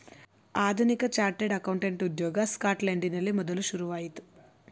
ಆಧುನಿಕ chartered accountant ಉದ್ಯೋಗ ಸ್ಕಾಟ್ಲೆಂಡಿನಲ್ಲಿ ಮೊದಲು ಶುರುವಾಯಿತು